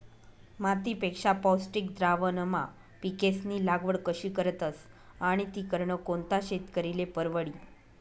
मातीपेक्षा पौष्टिक द्रावणमा पिकेस्नी लागवड कशी करतस आणि ती करनं कोणता शेतकरीले परवडी?